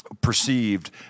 perceived